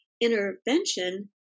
Intervention